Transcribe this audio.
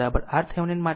RL RThevenin માટે છે